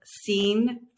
seen